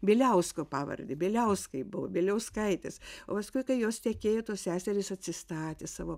bieliausko pavardę bieliauskai buvo bieliauskaitės o apskritai jos tekėjo tos seserys atsistatė savo